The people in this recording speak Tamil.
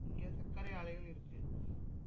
இங்கே சக்கரை ஆலைகள் இருக்குது